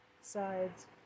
sides